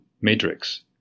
matrix